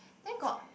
then got